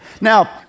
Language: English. Now